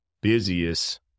busiest